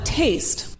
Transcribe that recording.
taste